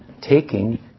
Taking